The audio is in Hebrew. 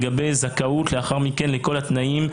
לגבי הזכאות לאחר מכן לכל התנאים,